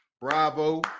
bravo